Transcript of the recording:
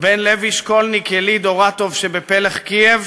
בין לוי שקולניק, יליד אוראטוב שבפלך קייב,